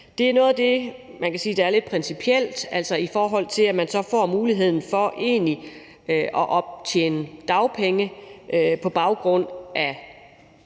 Det er noget af det, man kan sige er lidt principielt, altså i forhold til at man så får muligheden for egentlig at optjene dagpenge på baggrund af